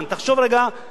סגן השר יצחק כהן,